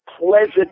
pleasant